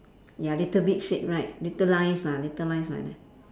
ya little bit shade right little lines lah little lines like that